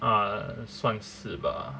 ah 算是吧